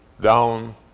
down